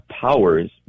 powers